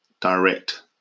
direct